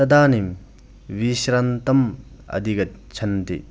तदानीं विश्रान्तिम् अधिगच्छन्ति